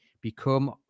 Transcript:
become